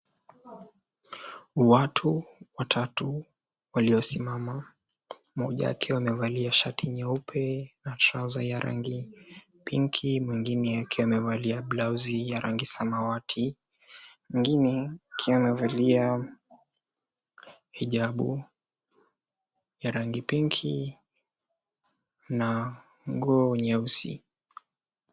Watu watatu waliosimama mmoja akiwa amevaa la rangi nyeupe na trauza rangi ya pinki wengine wakiwa wamevalia blauzu ya rangi samawati mwingine akiwa amevalia hijabu ya rangi pinki na nyeusi.